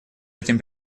этим